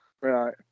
Right